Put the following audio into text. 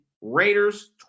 Raiders